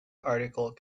article